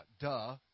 duh